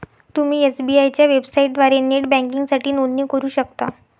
तुम्ही एस.बी.आय च्या वेबसाइटद्वारे नेट बँकिंगसाठी नोंदणी करू शकता